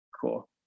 cool